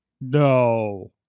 No